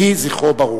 יהי זכרו ברוך.